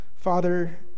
Father